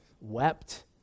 wept